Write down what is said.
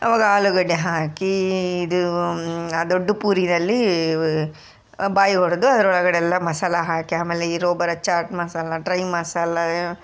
ಆವಾಗ ಆಲೂಗಡ್ಡೆ ಹಾಕಿ ಇದು ಆ ದೊಡ್ಡ ಪೂರಿಯಲ್ಲಿ ಬಾಯಿ ಒಡೆದು ಅದ್ರ ಒಳಗಡೆ ಎಲ್ಲ ಮಸಾಲೆ ಹಾಕಿ ಆಮೇಲೆ ಇರೋ ಬರೋ ಚಾಟ್ ಮಸಾಲೆ ಡ್ರೈ ಮಸಾಲೆ